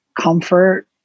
comfort